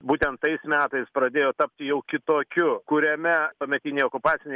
būtent tais metais pradėjo tapti jau kitokiu kuriame tuometinei okupacinei